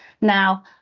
Now